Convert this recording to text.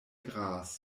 graz